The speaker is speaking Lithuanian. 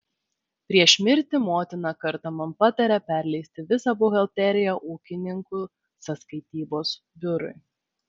prieš mirtį motina kartą man patarė perleisti visą buhalteriją ūkininkų sąskaitybos biurui